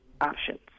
options